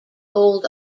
old